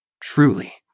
Truly